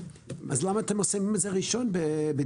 אז למה אתם שמים אותו ראשון בדיווח?